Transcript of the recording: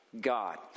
God